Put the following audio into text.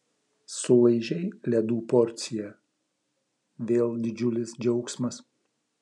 sulaižei ledų porciją vėl didžiulis džiaugsmas